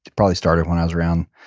probably started when i was around,